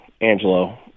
Angelo